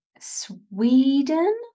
Sweden